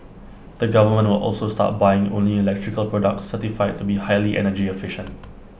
the government will also start buying only electrical products certified to be highly energy efficient